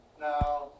Now